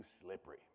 slippery